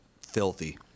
filthy